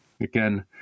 Again